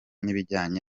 n’ibijyanye